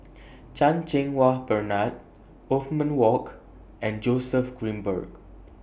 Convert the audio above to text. Chan Cheng Wah Bernard Othman Wok and Joseph Grimberg